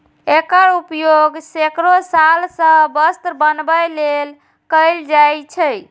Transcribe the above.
एकर उपयोग सैकड़ो साल सं वस्त्र बनबै लेल कैल जाए छै